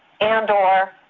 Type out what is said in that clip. and/or